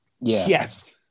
Yes